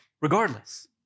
regardless